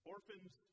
Orphans